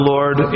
Lord